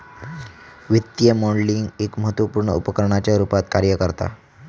वित्तीय मॉडलिंग एक महत्त्वपुर्ण उपकरणाच्या रुपात कार्य करता